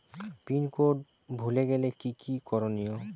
Pin code ভুলে গেলে কি কি করনিয়?